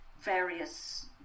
various